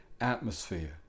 atmosphere